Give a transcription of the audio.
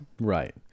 Right